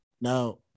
Now